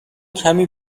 کمی